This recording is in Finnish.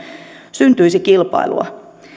syntyisi kilpailua